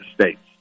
States